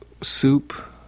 Soup